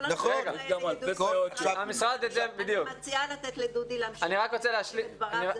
כל הדברים האלה --- אני מציעה לתת לדודי להמשיך להשלים את דבריו,